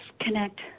connect